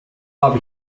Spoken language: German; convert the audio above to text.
hab